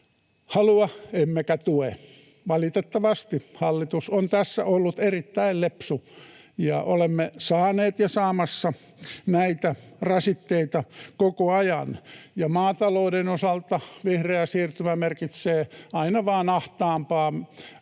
halua emmekä tue. Valitettavasti hallitus on tässä ollut erittäin lepsu, ja olemme saaneet ja saamassa näitä rasitteita koko ajan. Maatalouden osalta vihreä siirtymä merkitsee aina vain ahtaampaa